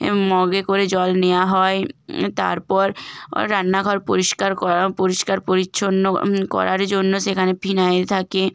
এ মগে করে জল নেওয়া হয় তারপর অর রান্নাঘর পরিষ্কার করা পরিষ্কার পরিচ্ছন্ন করার জন্য সেখানে ফিনাইল থাকে